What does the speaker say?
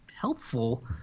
helpful